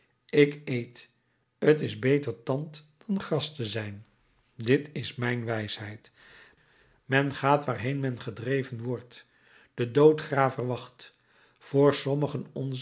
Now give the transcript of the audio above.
ik eet t is beter tand dan gras te zijn dit is mijn wijsheid men gaat waarheen men gedreven wordt de doodgraver wacht voor sommigen onzer